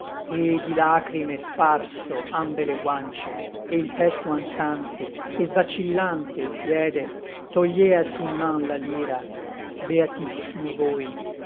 suolo e di lacrime sparso ambe le guance e il petto ansante e vacillante il piede toglieasi in man la lira beatissimi voi